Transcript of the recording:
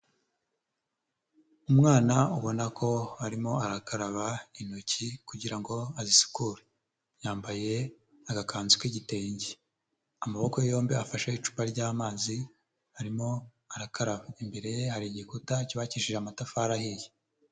Umwana ubona ko arimo arakaraba intoki kugira ngo azisukure, yambaye agakanzu k'igitenge, amaboko yombi afashe icupa ry'amazi arimo arakaraba, imbere ye hari igikuta cyubakishije amatafari ahiye.